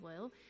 oil